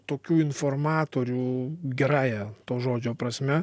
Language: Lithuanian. tokių informatorių gerąja to žodžio prasme